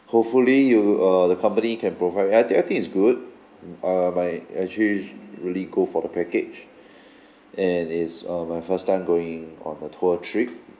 hopefully you uh the company can provide I think I think it's good uh might actually really go for the package and it's uh my first time going on a tour trip